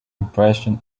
impression